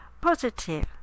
positive